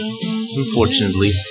unfortunately